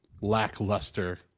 lackluster